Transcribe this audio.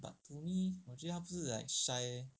but to me 我觉得她不是 like shy leh